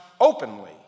openly